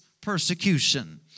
persecution